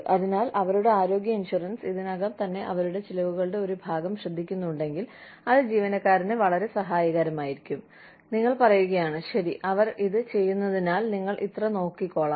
അതിനാൽ അവരുടെ ആരോഗ്യ ഇൻഷുറൻസ് ഇതിനകം തന്നെ അവരുടെ ചിലവുകളുടെ ഒരു ഭാഗം ശ്രദ്ധിക്കുന്നുണ്ടെങ്കിൽ അത് ജീവനക്കാരന് വളരെ സഹായകരമാകും നിങ്ങൾ പറയുകയാണ് ശരി അവർ ഇത് ചെയ്യുന്നതിനാൽ ഞാൻ ഇത്ര നോക്കിക്കോളാം